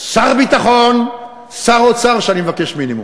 שר ביטחון ושר אוצר, שאני מבקש בהם מינימום.